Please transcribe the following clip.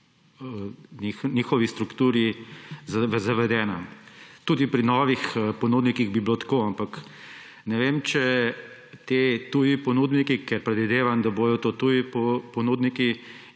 njuni strukturi zavedena. Tudi pri novih ponudnikih bi bilo tako, ampak ne vem, če bodo ti tuji ponudniki – predvidevam, da bodo to tuji ponudniki